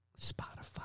Spotify